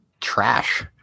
trash